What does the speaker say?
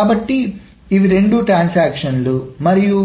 కాబట్టి ఇవి రెండు ట్రాన్సాక్షన్లు మరియు